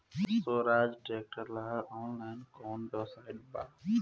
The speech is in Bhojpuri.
सोहराज ट्रैक्टर ला ऑनलाइन कोउन वेबसाइट बा?